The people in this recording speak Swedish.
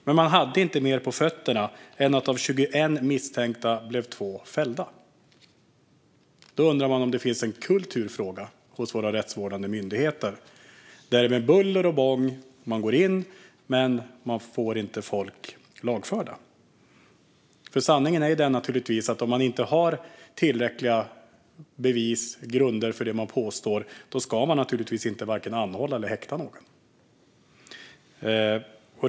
När man inte har mer på fötterna än att av 21 misstänkta blev 2 fällda undrar jag om det finns en kulturfråga hos våra rättsvårdande myndigheter där man går in med buller och bång men inte får folk lagförda. Sanningen är naturligtvis att om man inte har tillräckliga bevis och grunder för det man påstår ska man varken anhålla eller häkta någon.